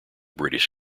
british